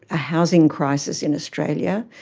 a housing crisis in australia,